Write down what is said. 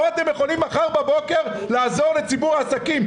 פה אתם יכולים מחר בבוקר לעזור לציבור העסקים,